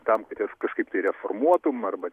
tam kad jas kažkaip tai reformuotum arba